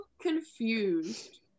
confused